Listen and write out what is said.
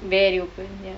very open ya